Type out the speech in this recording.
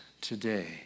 today